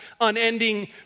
unending